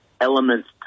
elements